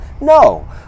No